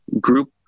group